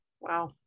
Wow